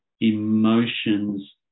emotions